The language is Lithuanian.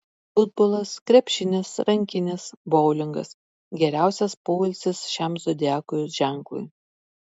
futbolas krepšinis rankinis boulingas geriausias poilsis šiam zodiako ženklui